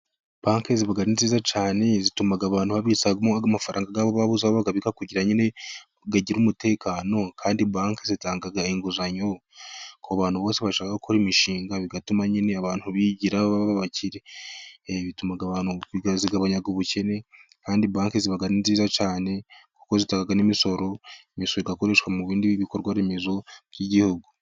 Banki ziba ari nziza cyane zituma abantu babitsa amafaranga yabo baba babuze aho bayabika kugira ngo agire umutekano. Kandi banki zitanga inguzanyo ku bantu bose bashaka gukora imishinga bigatuma nyine abantu bigira, baba abakire, zigabanya ubukene, kandi banki ziba ari nziza cyane kuko zitang n'imisoro, imisoro igakoreshwa mu bindi bikorwa remezo by'Igihugu.